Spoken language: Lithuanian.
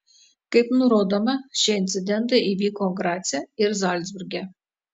kaip nurodoma šie incidentai įvyko grace ir zalcburge